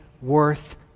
worth